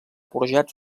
forjats